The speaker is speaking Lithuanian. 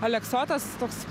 aleksotas toks